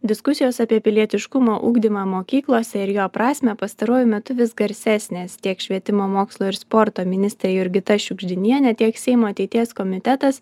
diskusijos apie pilietiškumo ugdymą mokyklose ir jo prasmę pastaruoju metu vis garsesnės tiek švietimo mokslo ir sporto ministrė jurgita šiugždinienė tiek seimo ateities komitetas